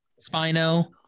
Spino